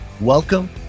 welcome